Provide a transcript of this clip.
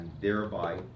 thereby